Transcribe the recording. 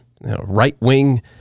right-wing